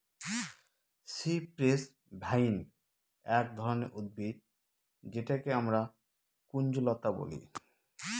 cypress vine এক ধরনের উদ্ভিদ যেটাকে আমরা কুঞ্জলতা বলি